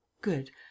Good